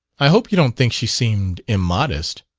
i hope you don't think she seemed immodest?